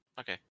Okay